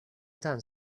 done